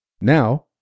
Now